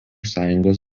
sąjungos